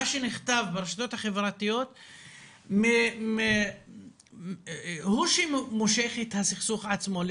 שנכתב ברשתות החברתיות הוא שמושך את הסכסוך עצמו.